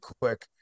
quick